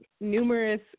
numerous